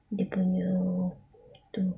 dia punya tu